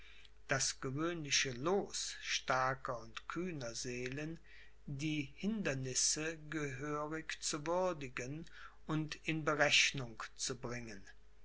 das gewöhnliche loos starker und kühner seelen die hindernisse gehörig zu würdigen und in berechnung zu bringen